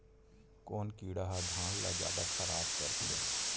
कोन कीड़ा ह धान ल जादा खराब करथे?